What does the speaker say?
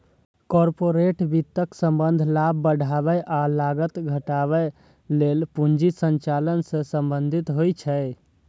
corporate वित्तक संबंध लाभ बढ़ाबै आ लागत घटाबै लेल पूंजी संचालन सं संबंधित होइ छै